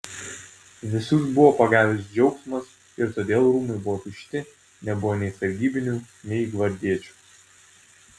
visus buvo pagavęs džiaugsmas ir todėl rūmai buvo tušti nebuvo nei sargybinių nei gvardiečių